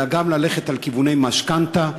אלא גם ללכת לכיווני משכנתה,